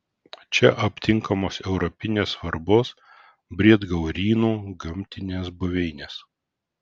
čia aptinkamos europinės svarbos briedgaurynų gamtinės buveinės